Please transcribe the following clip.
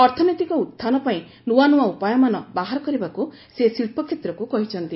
ଅର୍ଥନୈତିକ ଉହାନ ପାଇଁ ନୂଆ ନୂଆ ଉପାୟମାନ ବାହାର କରିବାକୁ ସେ ଶିଳ୍ପ କ୍ଷେତ୍ରକୁ କହିଛନ୍ତି